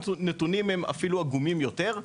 הנתונים הם אפילו עגומים יותר.